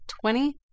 Twenty